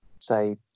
say